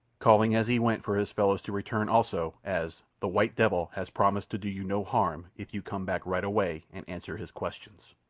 calling as he went for his fellows to return also, as the white devil has promised to do you no harm if you come back right away and answer his questions.